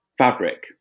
fabric